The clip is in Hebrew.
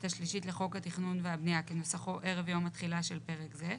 השלישית לחוק התכנון והבנייה כנוסחו ערב יום התחילה של פרק זה,